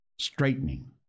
straightening